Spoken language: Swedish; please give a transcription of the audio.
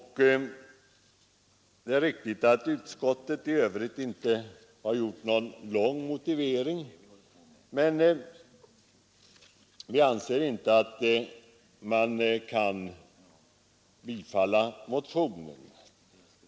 Det är riktigt att utskottet i övrigt inte har gjort någon lång motivering, men vi anser inte att vi kan tillstyrka motionen.